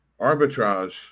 arbitrage